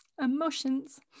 Emotions